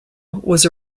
was